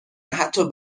حتی